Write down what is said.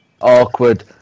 awkward